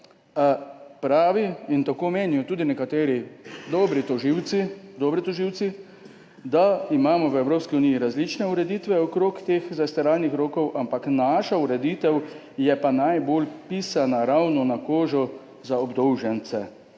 pravi, in tako menijo tudi nekateri dobri tožilci, da imamo v Evropski uniji različne ureditve okrog teh zastaralnih rokov, ampak naša ureditev je pa najbolj pisana ravno na kožo obdolžencem.